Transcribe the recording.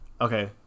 Okay